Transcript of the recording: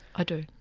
i do.